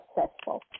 successful